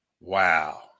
Wow